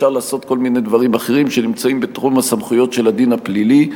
אפשר לעשות כל מיני דברים אחרים שנמצאים בתחום הסמכויות של הדין הפלילי.